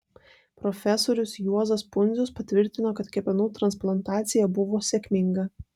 profesorius juozas pundzius patvirtino kad kepenų transplantacija buvo sėkminga